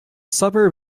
suburb